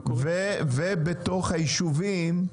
ובתוך היישובים,